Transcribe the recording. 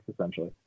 essentially